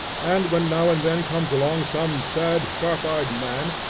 and when now and then comes along some sad, sharp-eyed man,